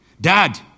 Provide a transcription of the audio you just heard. Dad